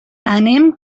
anem